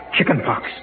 Chickenpox